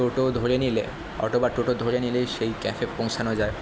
টোটো ধরে নিলে অটো বা টোটো ধরে নিলেই সেই ক্যাফে পৌঁছানো যায়